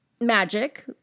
magic